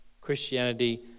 Christianity